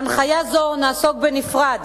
בהנחיה זאת נעסוק בנפרד,